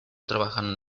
trabajando